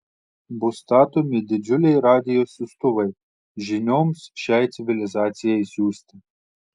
bus statomi didžiuliai radijo siųstuvai žinioms šiai civilizacijai siųsti